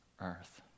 earth